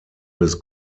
des